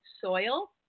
soil